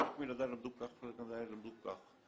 חלק מילדיי למדו כך וחלק מילדיי למדו כך,